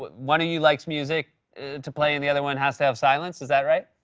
one of you likes music to play and the other one has to have silence, is that right?